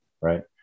Right